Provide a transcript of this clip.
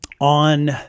on